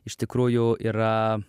iš tikrųjų yra